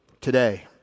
today